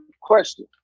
question